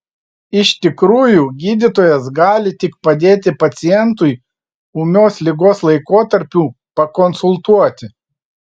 iš tikrųjų gydytojas gali tik padėti pacientui ūmios ligos laikotarpiu pakonsultuoti